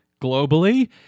globally